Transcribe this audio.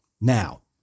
Now